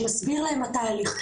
שמסביר להם על התהליך,